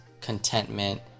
contentment